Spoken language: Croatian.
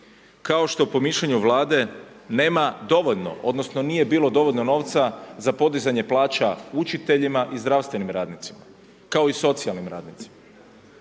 Kao što po mišljenju Vlade, nema dovoljno, odnosno nije bilo dovoljno novca za podizanje plaća učiteljima i zdravstvenim radnicima, kao i socijalnim radnicima.